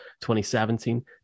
2017